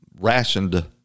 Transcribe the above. rationed